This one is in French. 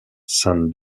san